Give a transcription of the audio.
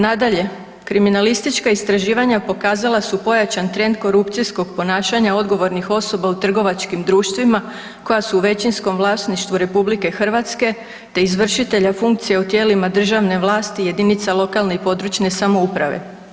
Nadalje, kriminalistička istraživanja pokazala su pojačan trend korupcijskog ponašanja odgovornih osoba u trgovačkim društvima koja su u većinskom vlasništvu RH te izvršitelja funkcije u tijelima državne vlasti jedinica lokalne i područne samouprave.